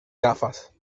gafas